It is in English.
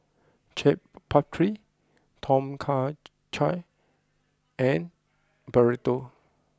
Chaat Papri Tom Kha Gai and Burrito